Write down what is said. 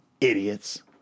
Idiots